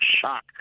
shock